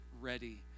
ready